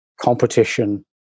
competition